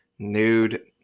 nude